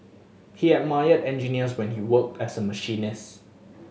he admired engineers when he worked as a machinist